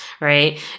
Right